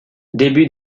début